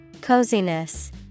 Coziness